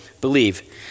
believe